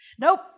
Nope